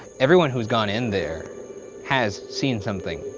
everyone who's gone in there has seen something,